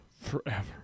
forever